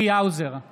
אינו נוכח צחי